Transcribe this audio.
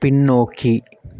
பின்னோக்கி